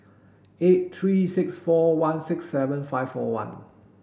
eight three six four one six seven five four one